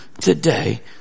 today